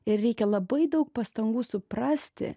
ir reikia labai daug pastangų suprasti